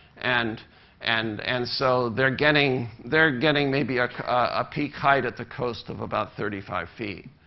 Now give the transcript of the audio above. and and and so they're getting they're getting maybe a peak height at the coast of about thirty five feet